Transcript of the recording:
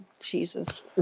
Jesus